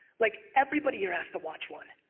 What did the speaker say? like everybody here has to watch one.